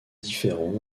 différents